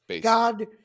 God